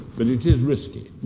but it is risky.